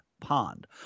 pond